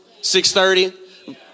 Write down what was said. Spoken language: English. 6.30